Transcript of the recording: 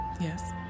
Yes